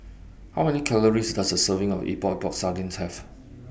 How Many Calories Does A Serving of Epok Epok Sardin Have